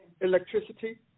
Electricity